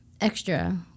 extra